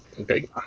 Okay